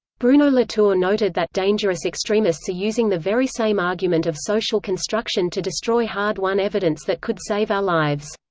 bruno latour noted that dangerous extremists are using the very same argument of social construction to destroy hard-won evidence that could save our lives.